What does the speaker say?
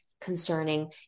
Concerning